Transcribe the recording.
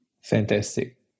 Fantastic